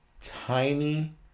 tiny